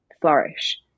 flourish